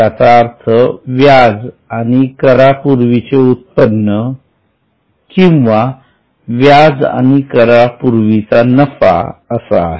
त्याचा अर्थ व्याज आणि करा पूर्वीचे उत्पन्न किंवा व्याज आणि करा पूर्वीचा नफा असा आहे